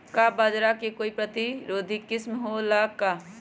का बाजरा के कोई प्रतिरोधी किस्म हो ला का?